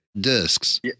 discs